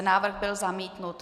Návrh byl zamítnut.